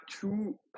two